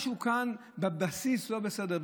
משהו בבסיס לא בסדר.